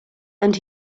and